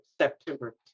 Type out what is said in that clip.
September